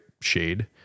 shade